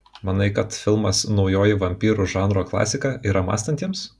manai kad filmas naujoji vampyrų žanro klasika yra mąstantiems